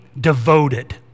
devoted